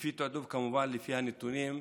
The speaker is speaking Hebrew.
לפי תיעדוף, כמובן, לפי הנתונים: